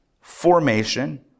formation